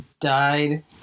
died